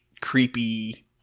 creepy